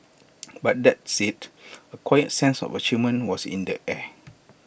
but that said A quiet sense of achievement was in the air